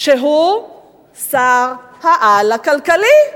שהוא שר-העל הכלכלי.